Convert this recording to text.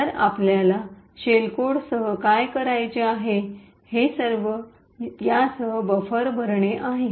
तर आपल्याला शेल कोडसह काय करायचे आहे हे सर्व यासह बफर भरणे आहे